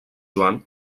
joan